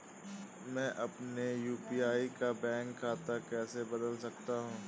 मैं अपने यू.पी.आई का बैंक खाता कैसे बदल सकता हूँ?